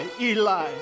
Eli